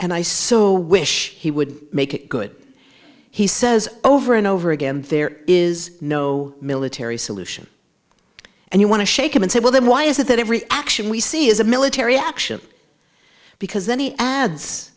and i so wish he would make it good he says over and over again there is no military solution and you want to shake them and say well then why is it that every action we see is a military action because